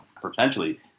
potentially